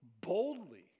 boldly